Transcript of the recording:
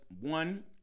one